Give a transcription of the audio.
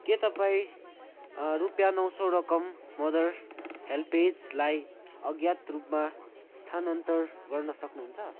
के तपाईँ रुपियाँ नौ सौ रकम मदर हेल्पएजलाई अज्ञात रूपमा स्थानान्तर गर्न सक्नुहुन्छ